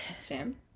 Sam